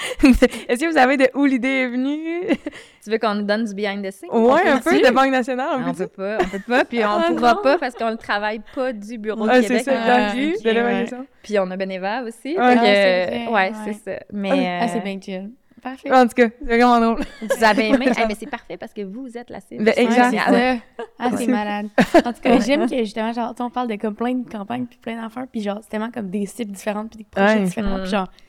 Est-ce que vous savez de où l'idée est venue? Tu veux qu'on nous donne du behind the scenes? Ouais, On peut un peu, aussi. de Banque Nationale, on Ah, peut on dire. peut pas, on peut pas, puis on Ah, pourra non. pas parce qu'on le travaille pas du bureau de Ah, c'est Québec. ça, Ah, Jean-Guy, ok, de ouais. l'évaluation. Puis on a Beneva aussi, Ouais. donc, Ah, c'est vrai, ouais, ouais. c'est ça. Ah, Mais, Ouais. oui. Ah, c'est euh, bien chill. Parfait. En tout cas, c'est vraiment drôle. Vous avez Ouais. aimé? Eh, mais c'est parfait parce que vous êtes la cible. Ben, exact. Ouais, c'est ça. Ah, c'est malade. En tout cas, Ouais. j'aime Ouais. que, justement, genre, on parle de comme plein de campagnes, puis plein d'affaires, puis genre, c'est tellement comme des cibles différentes, puis des projets Ouais. différents, puis Mm. genre-